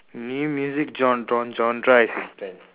new music gen~ gen~ genre as in trend